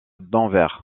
denver